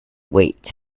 wait